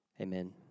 Amen